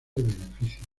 beneficios